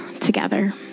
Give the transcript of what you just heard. together